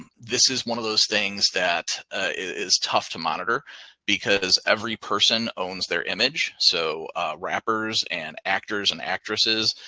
and this is one of those things that is tough to monitor because every person owns their image. so rappers and actors and actresses,